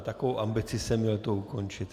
Takovou ambici jsem měl to ukončit!